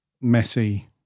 messy